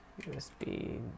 usb